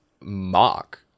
mock